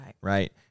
right